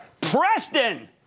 Preston